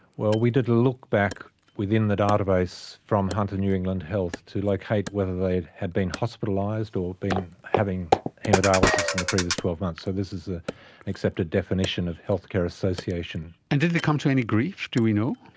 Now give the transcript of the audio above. well, we did a look back within the database from hunter new england health to like locate whether they had been hospitalised or been having haemodialysis in the previous twelve months. so this is an ah accepted definition of healthcare association. and did they come to any grief, do we know?